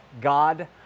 God